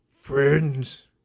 friends